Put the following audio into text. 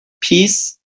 peace